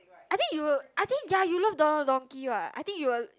I think you will I think ya you love Don-Don-Donki what I think you will